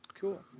Cool